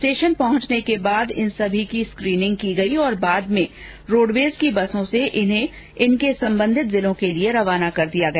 station पहुंचने के बाद इन सभी की स्क्रीनिंग की गई और बाद में रोडवेज की बसों द्वारा इन्हें इनके संबंधित जिलों के लिए रवाना कर दिया गया